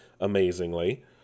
amazingly